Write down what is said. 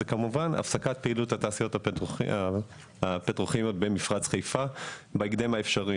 זה כמובן הפסקת פעילות התעשיות הפטרוכימיות במפרץ חיפה בהקדם האפשרי,